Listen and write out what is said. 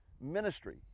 ministry